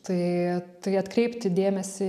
tai tai atkreipti dėmesį